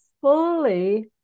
fully